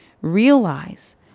Realize